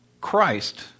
Christ